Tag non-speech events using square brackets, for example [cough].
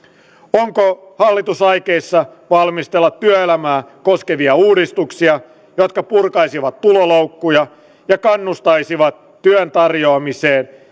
onko hallitus aikeissa valmistella työelämää koskevia uudistuksia jotka purkaisivat tuloloukkuja ja kannustaisivat työn tarjoamiseen [unintelligible]